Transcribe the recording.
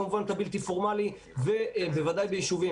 כמובן את הבלתי-פורמלי ובוודאי ביישובים.